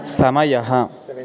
समयः